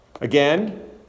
Again